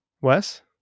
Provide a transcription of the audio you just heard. Wes